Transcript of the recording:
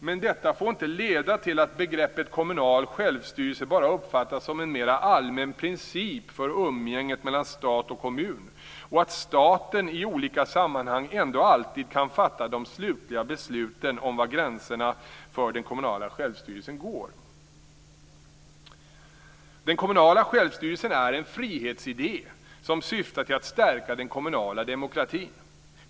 Men detta får inte leda till att begreppet kommunal självstyrelse bara uppfattas som en mera allmän princip för umgänget mellan stat och kommun och att staten i olika sammanhang ändå alltid kan fatta de slutliga besluten om var gränserna för den kommunala självstyrelsen går. Den kommunala självstyrelsen är en frihetsidé som syftar till att stärka den kommunala demokratin.